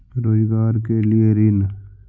रोजगार के लिए ऋण?